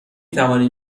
توانید